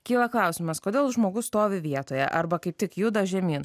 kyla klausimas kodėl žmogus stovi vietoje arba kaip tik juda žemyn